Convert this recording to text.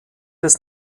des